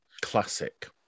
classic